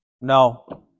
No